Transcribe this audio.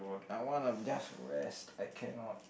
I wanna just rest I cannot